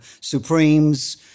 Supremes